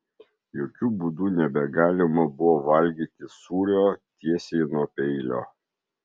jokiu būdu nebegalima buvo valgyti sūrio tiesiai nuo peilio